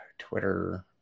twitter